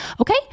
okay